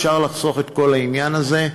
אפשר לחסוך את כל העניין הזה.